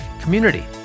community